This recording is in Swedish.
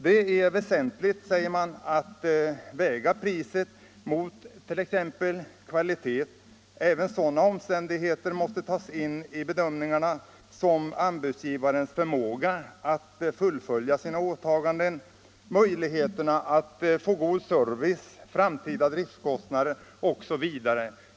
Det har uttalats som väsentligt att väga priset mot t.ex. kvalitet. I bedömningarna måste även tas med sådana omständigheter som anbudsgivarens förmåga att fullfölja sina åtaganden, möjligheterna att få god service, framtida driftkostnader osv.